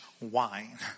wine